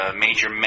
Major